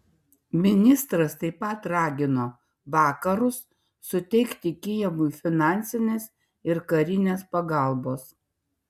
ministras taip pat ragino vakarus suteikti kijevui finansinės ir karinės pagalbos